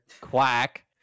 quack